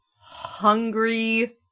hungry